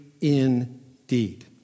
indeed